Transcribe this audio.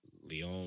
Leon